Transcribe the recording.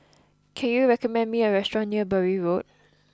can you recommend me a restaurant near Bury Road